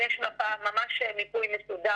יש מיפוי ממש מסודר,